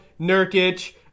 Nurkic